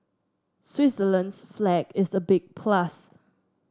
Switzerland's flag is the big plus